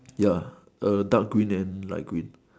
ya the dark green and light green